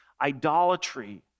Idolatry